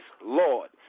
Lord